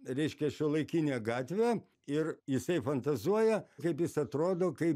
reiškia šiuolaikinė gatvė ir jisai fantazuoja kaip jis atrodo kaip